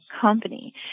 company